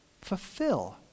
fulfill